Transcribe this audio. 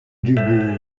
dubourg